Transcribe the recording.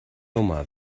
nummer